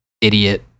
idiot